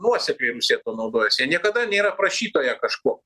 nuosekliai rusija tuo naudojasi niekada nėra prašytoja kažko